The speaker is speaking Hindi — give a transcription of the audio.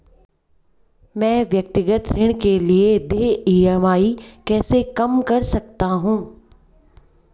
मैं व्यक्तिगत ऋण के लिए देय ई.एम.आई को कैसे कम कर सकता हूँ?